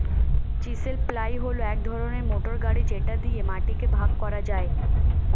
chisel plough হল এক ধরনের মোটর গাড়ি যেটা দিয়ে মাটিকে ভাগ করা যায়